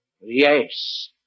Yes